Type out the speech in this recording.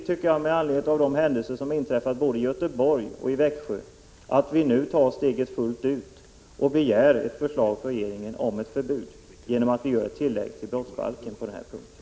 Med anledning av de händelser som inträffat i Göteborg och i Växjö är det viktigt, tycker jag, att vi nu tar steget fullt ut och begär ett förslag från regeringen om ett förbud genom ett tillägg till brottsbalken på den här punkten.